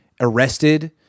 arrested